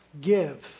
give